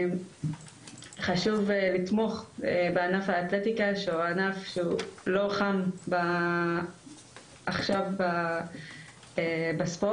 חשוב לתמוך בענף האתלטיקה שהוא ענף שאינו חם עכשיו בספורט,